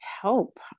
help